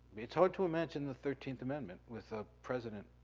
it's hard to imagine the thirteenth amendment with a president